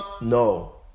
No